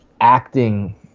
acting